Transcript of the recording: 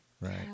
right